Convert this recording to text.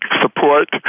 support